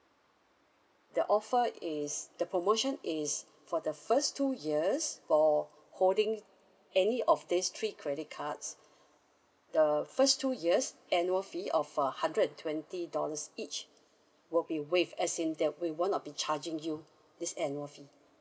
the offer is the promotion is for the first two years for holding any of these three credit cards the first two years annual fee of a hundred twenty dollars each will be waived as in that we will not be charging you this annual fee